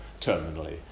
terminally